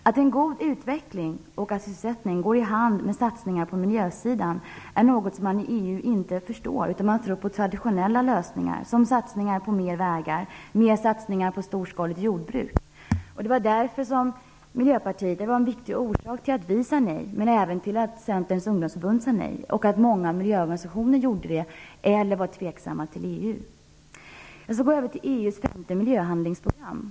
Att en god utveckling och sysselsättning går hand i hand med satsningar på miljösidan är något som man i EU inte förstår, utan man tror på traditionella lösningar som satsningar på mer vägar och mer satsningar på storskaligt jordbruk. Detta är en viktig orsak till att vi sade nej, till att Centerns ungdomsförbund sade nej och även till att många miljöorganisationer sade nej eller var tveksamma till EU. Jag går så över till EU:s femte miljöhandlingsprogram.